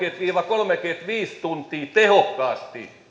viiva kolmekymmentäviisi tuntia tehokkaasti